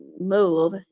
move